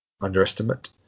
underestimate